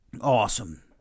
awesome